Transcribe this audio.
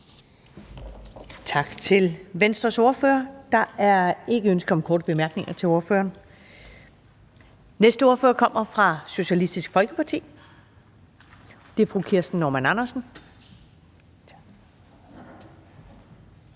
Tak til Venstres ordfører. Der er ikke ønsker om korte bemærkninger til ordføreren. Den næste ordfører kommer fra Socialistisk Folkeparti, og det er fru Kirsten Normann Andersen. Kl.